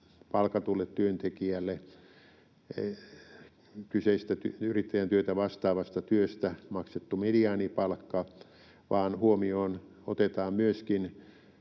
palkatulle työntekijälle kyseisestä yrittäjän työtä vastaavasta työstä maksettu mediaanipalkka, vaan huomioon otetaan myöskin